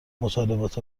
مطالبات